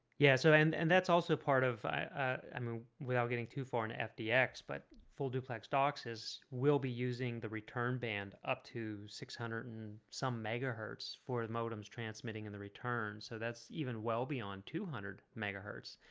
yeah, so and and that's also part of i mean without getting too far into and fdx but full duplex docs has we'll be using the return band up to six hundred and some megahertz for the modems transmitting in the return so that's even well beyond two hundred megahertz.